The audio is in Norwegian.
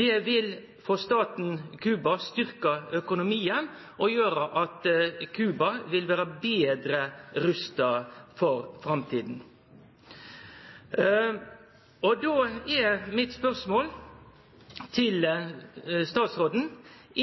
Det vil styrkje økonomien for staten Cuba og gjere at Cuba vil vere betre rusta for framtida. Då er spørsmålet mitt til statsråden: